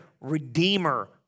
Redeemer